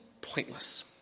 pointless